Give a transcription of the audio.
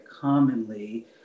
commonly